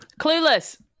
Clueless